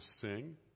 sing